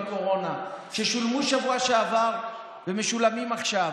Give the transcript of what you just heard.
בקורונה ששולמו בשבוע שעבר ומשולמים עכשיו.